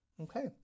Okay